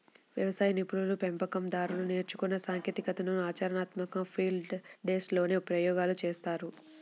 వ్యవసాయ నిపుణులు, పెంపకం దారులు నేర్చుకున్న సాంకేతికతలను ఆచరణాత్మకంగా ఫీల్డ్ డేస్ లోనే ప్రయోగాలు చేస్తారు